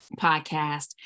podcast